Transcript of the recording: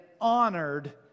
honored